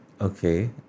Okay